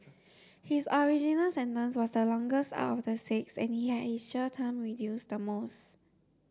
his original sentence was the longest of the six and he had his jail term reduced the most